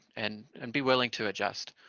and and be willing to adjust.